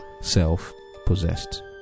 self-possessed